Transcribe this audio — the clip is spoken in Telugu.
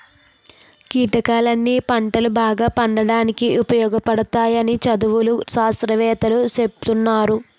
కీటకాలన్నీ పంటలు బాగా పండడానికి ఉపయోగపడతాయని చదువులు, శాస్త్రవేత్తలూ సెప్తున్నారు